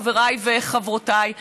חבריי וחברותיי,